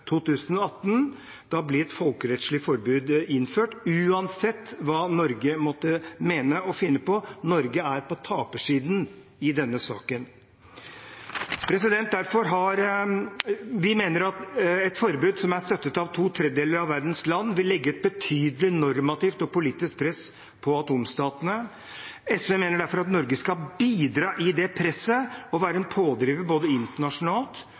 2018. Da blir et folkerettslig forbud innført, uansett hva Norge måtte mene og finne på. Norge er på tapersiden i denne saken. Vi mener at et forbud som er støttet av to tredjedeler av verdens land, vil legge et betydelig normativt og politisk press på atomstatene. SV mener derfor at Norge skal bidra i det presset og være en pådriver, både internasjonalt